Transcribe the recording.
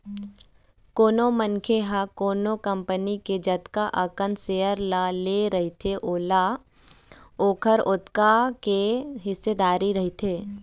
कोनो मनखे ह कोनो कंपनी के जतना अकन सेयर ल ले रहिथे ओहा ओखर ओतका के हिस्सेदार रहिथे